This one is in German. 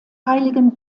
heiligen